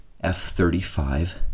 F-35